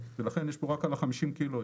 ולכן יש פה רק על ה-50 ק"ג.